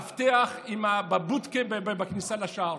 למאבטח בבוטקה בכניסה לשער.